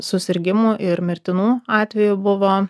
susirgimų ir mirtinų atvejų buvo